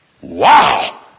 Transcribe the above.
Wow